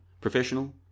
professional